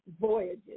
Voyages